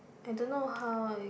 I don't how it